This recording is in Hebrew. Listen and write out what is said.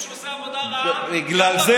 אין כמעט ילד בעולם לדעתי שלא מדליק טלוויזיה,